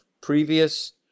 previous